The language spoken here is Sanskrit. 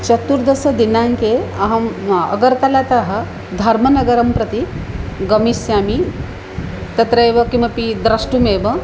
चतुर्दशदिनाङ्के अहं अगर्तलातः धर्मनगरं प्रति गमिष्यामि तत्रैव किमपि द्रष्टुमेव